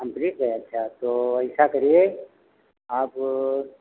complete है अच्छा तो ऐसा करिए आप